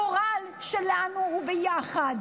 הגורל שלנו הוא ביחד.